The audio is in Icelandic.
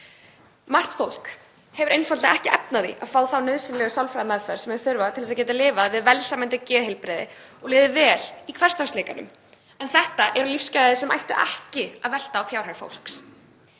Margt fólk hefur einfaldlega ekki efni á því að fá þá nauðsynlegu sálfræðimeðferð sem þau þurfa til að geta lifað við velsæmandi geðheilbrigði og liðið vel í hversdagsleikanum. En þetta eru lífsgæði sem ættu ekki að velta á fjárhag fólks.